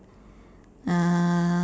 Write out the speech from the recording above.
uh